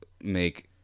make